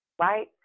right